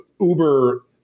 Uber